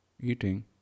eating